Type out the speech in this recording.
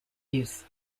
use